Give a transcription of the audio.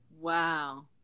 wow